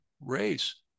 race